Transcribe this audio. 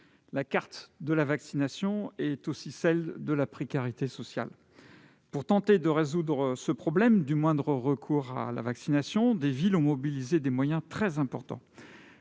La carte de la vaccination est aussi celle de la précarité sociale. Pour tenter de résoudre ce problème du moindre recours à la vaccination, des villes ont mobilisé des moyens très importants.